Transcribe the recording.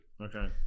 Okay